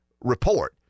report